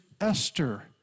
Esther